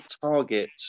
target